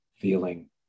feeling